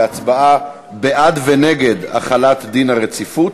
להצבעה בעד ונגד החלת דין הרציפות.